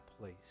place